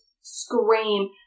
scream